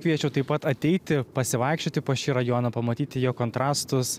kviečiau taip pat ateiti pasivaikščioti po šį rajoną pamatyti jo kontrastus